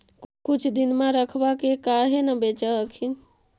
कुछ दिनमा रखबा के काहे न बेच हखिन?